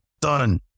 Done